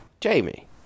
Jamie